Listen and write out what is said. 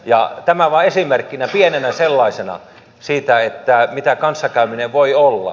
tämä vain esimerkkinä pienenä sellaisena siitä mitä kanssakäyminen voi olla